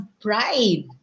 pride